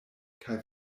kaj